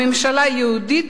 הממשלה היא יהודית,